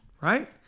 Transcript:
right